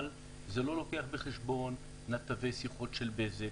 אבל זה לא לוקח בחשבון נתבי שיחות של בזק,